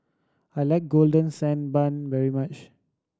I like Golden Sand Bun very much